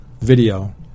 video